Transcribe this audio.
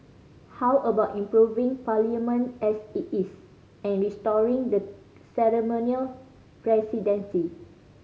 how about improving Parliament as it is and restoring the ceremonial presidency